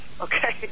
Okay